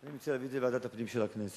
אני מציע להביא את זה לוועדת הפנים של הכנסת,